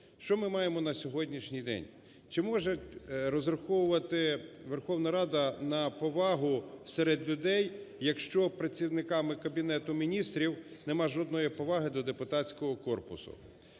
Що ми маємо на сьогоднішній день? Чи може розраховувати Верховна Рада на повагу серед людей, якщо працівниками Кабінету Міністрів нема жодної поваги до депутатського корпусу?